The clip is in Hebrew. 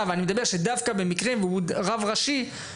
ואני מדבר שדווקא במקרה והוא רב ראשי,